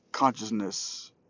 consciousness